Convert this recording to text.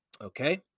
Okay